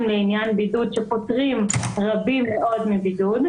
לעניין בידוד שפוטרים רבים מאוד מבידוד,